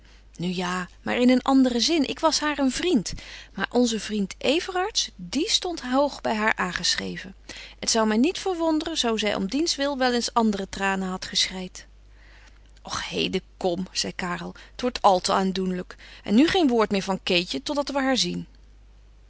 nu ja maar in een anderen zin ik was haar een vriend maar onze vriend everards die stond hoog bij haar aangeschreven het zou mij niet verwonderen zoo zij om diens wil wel eens andere tranen had geschreid och heden kom zei karel het wordt al te aandoenlijk en nu geen woord meer van keetje totdat we haar zien